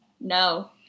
No